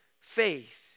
faith